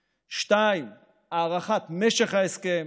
2. הארכת משך ההסכם,